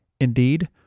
Indeed